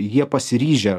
jie pasiryžę